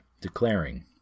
declaring